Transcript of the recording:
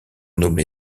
nommé